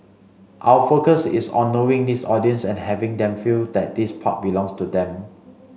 our focus is on knowing this audience and having them feel that this park belongs to them